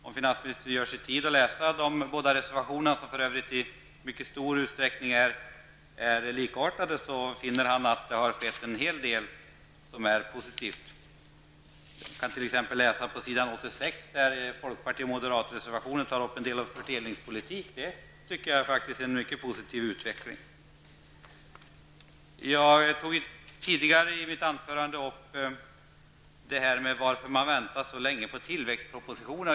Om finansministern ger sig tid att läsa de båda reservationerna, som för övrigt i mycket stor utsträckning är likartade, finner han att en hel del positivt har skett. Han kan t.ex. läsa på s. 86 om en folkparti--moderat-motion som tar upp fördelningspolitik -- faktiskt en mycket positiv utveckling. Jag frågade tidigare i mitt huvudanförande varför man har väntat så länge med tillväxtpropositionen.